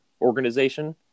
organization